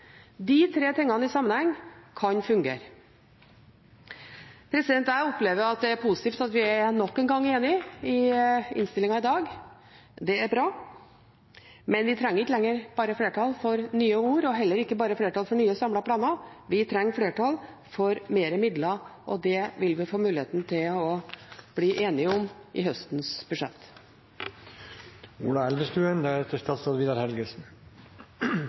de kulturmiljøene som er i privat eie. De tre tingene i sammenheng kan fungere. Jeg opplever at det er positivt at vi nok en gang er enige i innstillingen i dag. Det er bra. Men vi trenger ikke lenger bare flertall for nye ord og heller ikke bare flertall for nye samlede planer. Vi trenger flertall for mer midler, og det vil vi få muligheten til å bli enige om i høstens budsjett.